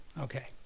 Okay